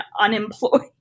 unemployed